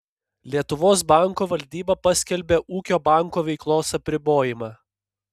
lietuvos banko valdyba paskelbė ūkio banko veiklos apribojimą